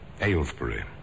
Aylesbury